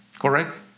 correct